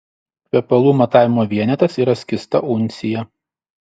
kvepalų matavimo vienetas yra skysta uncija